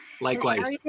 Likewise